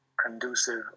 Conducive